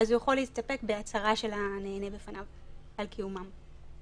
הוא יכול להסתפק בהצהרה של הנהנה בפניו על קיומם.